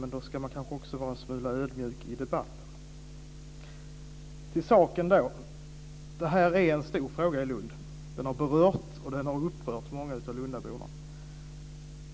Men då ska man kanske också vara en smula ödmjuk i debatten. Till saken. Det här är en stor fråga i Lund. Den har berört och upprört många av lundaborna.